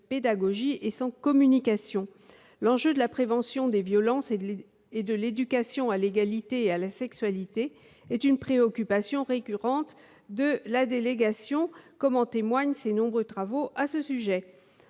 et sans communication ». La prévention des violences et de l'éducation à l'égalité et à la sexualité est une préoccupation récurrente de la délégation, comme en témoignent ses nombreux travaux sur ce sujet.